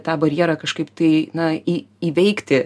tą barjerą kažkaip tai na į įveikti